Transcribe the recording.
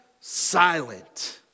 silent